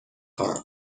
خواهم